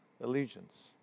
allegiance